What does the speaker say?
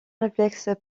réflexes